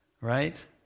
Right